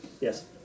yes